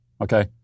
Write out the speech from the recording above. okay